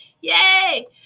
Yay